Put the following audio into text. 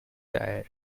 tyre